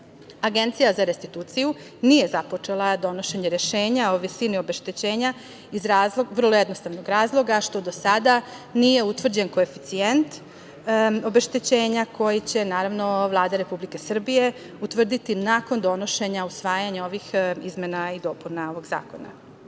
za restituciju nije započela donošenje rešenja o visini obeštećenja iz vrlo jednostavnog razloga, što do sada nije utvrđen koeficijent obeštećenja koji će, naravno, Vlada Republike Srbije utvrditi nakon donošenja, usvajanja ovih izmena i dopuna ovog